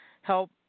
help